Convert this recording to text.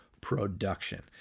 production